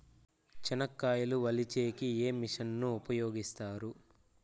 చెనక్కాయలు వలచే కి ఏ మిషన్ ను ఉపయోగిస్తారు?